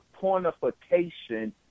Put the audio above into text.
pornification